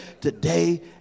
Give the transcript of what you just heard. today